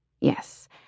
Yes